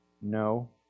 No